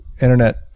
internet